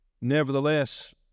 nevertheless